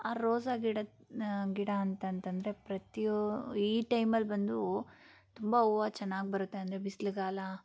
ಆ ರೋಸಾ ಗಿಡ ಗಿಡ ಅಂತಂತಂದರೆ ಪ್ರತಿಯೋ ಈ ಟೈಮಲ್ಲಿ ಬಂದು ತುಂಬ ಹೂವ ಚೆನ್ನಾಗಿ ಬರುತ್ತೆ ಅಂದರೆ ಬಿಸ್ಲುಗಾಲ